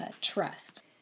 trust